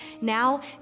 Now